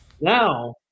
now